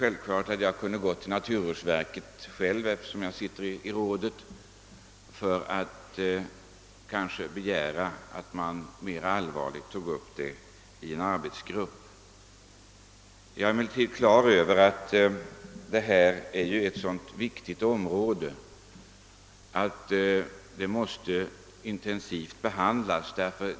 Självfallet kunde jag, eftersom jag själv sitter i rådet, begära att naturvårdsverket mera allvarligt tar upp detta i en arbetsgrupp. Jag är emellertid på det klara med att detta är ett så viktigt område att det måste intensivt behandlas.